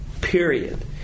period